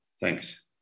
Thanks